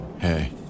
Hey